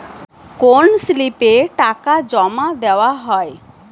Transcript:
কোন স্লিপে টাকা জমাদেওয়া হয়?